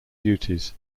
duties